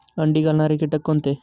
अंडी घालणारे किटक कोणते?